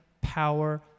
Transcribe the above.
power